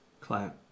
client